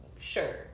Sure